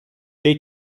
they